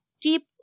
deep